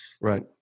right